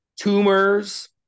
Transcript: tumors